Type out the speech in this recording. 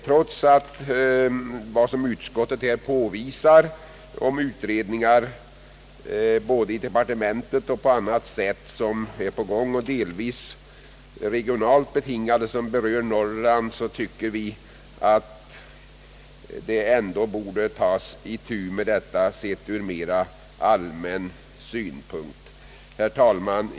Trots att utskottet påpekar att utredningar pågår både i departementet och på annat sätt — de är delvis regionalt betingade och berör Norrland — tycker vi, att man ändå borde ta itu med detta problem ur mera allmän synvinkel. Herr talman!